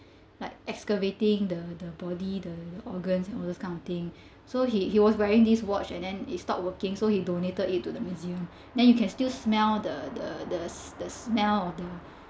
like excavating the the body the organs and all those kind of things so he he was wearing this watch and then it stopped working so he donated it to the museum then you can still smell the the the s~ the smell of the